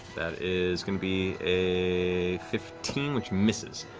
that is going to be a fifteen, which misses.